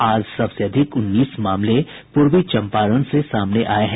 आज सबसे अधिक उन्नीस मामले पूर्वी चम्पारण से सामने आये हैं